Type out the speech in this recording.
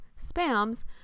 spams